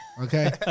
okay